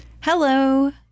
Hello